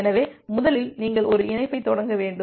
எனவே முதலில் நீங்கள் ஒரு இணைப்பைத் தொடங்க வேண்டும்